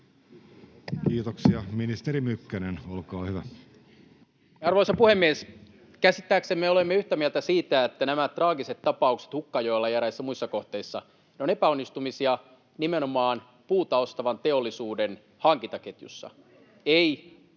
Elo vihr) Time: 16:48 Content: Arvoisa puhemies! Käsittääksemme olemme yhtä mieltä siitä, että nämä traagiset tapaukset Hukkajoella ja eräissä muissa kohteissa ovat epäonnistumisia nimenomaan puuta ostavan teollisuuden hankintaketjussa,